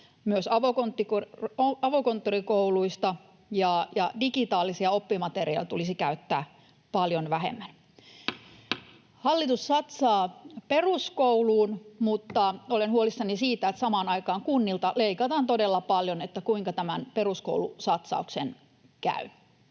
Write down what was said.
myös avokonttorikouluista, ja digitaalisia oppimateriaaleja tulisi käyttää paljon vähemmän. Hallitus satsaa peruskouluun, mutta olen huolissani siitä, että kun samaan aikaan kunnilta leikataan todella paljon, niin kuinka tämän peruskoulusatsauksen käy.